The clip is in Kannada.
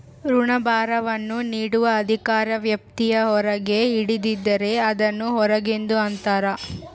ಋಣಭಾರವನ್ನು ನೀಡುವ ಅಧಿಕಾರ ವ್ಯಾಪ್ತಿಯ ಹೊರಗೆ ಹಿಡಿದಿದ್ದರೆ, ಅದನ್ನು ಹೊರಗಿಂದು ಅಂತರ